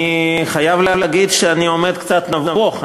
אני חייב להגיד שאני עומד קצת נבוך,